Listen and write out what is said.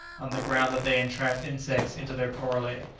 on the ground that they entrapped insects into their corollae,